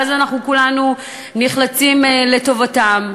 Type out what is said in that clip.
ואז כולנו נחלצים לטובתו.